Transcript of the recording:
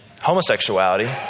homosexuality